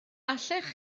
allech